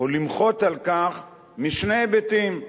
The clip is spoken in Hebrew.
על כך משני היבטים.